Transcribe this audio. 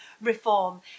reform